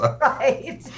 Right